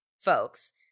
folks